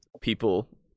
people